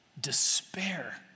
despair